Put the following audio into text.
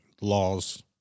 laws